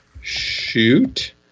Shoot